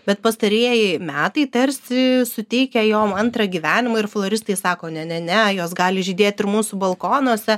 bet pastarieji metai tarsi suteikia jom antrą gyvenimą ir floristai sako ne ne ne jos gali žydėt ir mūsų balkonuose